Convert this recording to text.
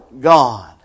God